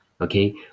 okay